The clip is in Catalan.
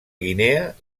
guinea